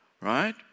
right